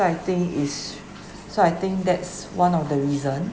so I think is so I think that's one of the reason